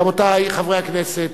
רבותי חברי הכנסת,